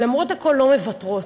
ולמרות הכול לא מוותרות,